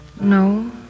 No